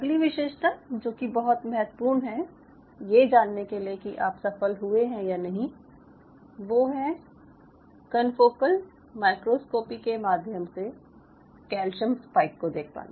अगली विशेषता जो कि बहुत महत्वपूर्ण है ये जानने के लिये कि आप सफल हुए हैं या नहीं वो है कनफोकल माइक्रोस्कोपी के माध्यम से कैल्शियम स्पाइक को देख पाना